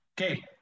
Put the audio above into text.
Okay